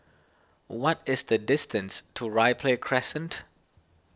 what is the distance to Ripley Crescent